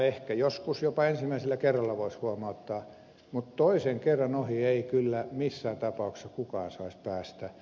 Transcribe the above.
ehkä joskus jopa ensimmäisellä kerralla voisi huomauttaa mutta toisen kerran ohi ei kyllä missään tapauksessa kukaan saisi päästä